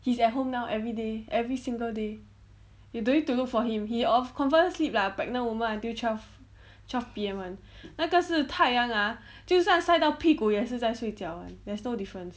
he's at home now everyday every single day you don't need to look for him he of confirm sleep lah pregnant women until twelve twelve P_M [one] 那个是太阳 ah 就算晒到屁股也是在睡觉 [one] there's no difference